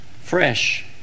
fresh